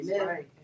Amen